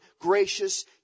gracious